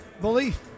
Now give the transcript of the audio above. Belief